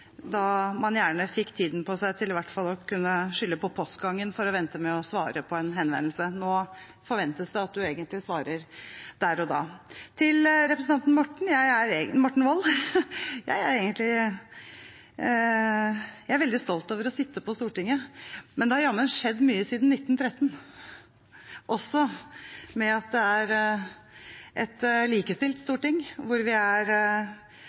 da man gjerne fikk tiden på seg til i hvert fall å kunne skylde på postgangen for å vente med å svare på en henvendelse. Nå forventes det egentlig at man svarer der og da. Til representanten Morten Wold: Jeg er veldig stolt over å sitte på Stortinget. Men det har jammen skjedd mye siden 1913, også ved at det er et likestilt storting, hvor andelen kvinner er